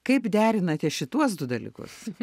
kaip derinate šituos du dalykus